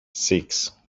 six